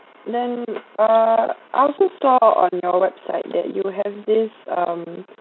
then uh I also saw on your website that you have this um